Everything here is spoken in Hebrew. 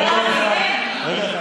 בינתיים